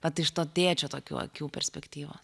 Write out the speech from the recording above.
vat iš to tėčio tokių akių perspektyvos